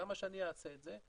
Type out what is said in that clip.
למה שאני אעשה את זה',